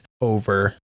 over